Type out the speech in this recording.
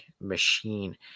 machine